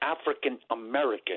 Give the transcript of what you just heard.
African-American –